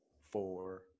four